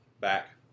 back